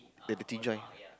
the dirty joint